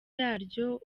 yaryo